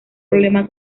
problema